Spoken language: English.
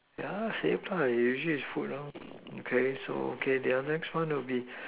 ya lah same lah usually is food lor okay so okay the next one will be